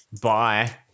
Bye